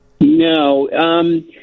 No